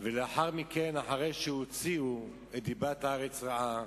ולאחר מכן, אחרי שהוציאו את דיבת הארץ רעה,